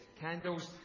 Candles